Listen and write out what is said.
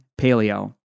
paleo